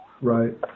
Right